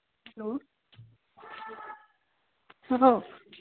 hello hello